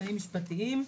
מסייעים משפטיים.